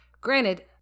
granted